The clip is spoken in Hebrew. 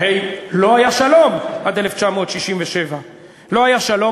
לא היה שלום עד 1967. לא היה שלום,